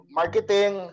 marketing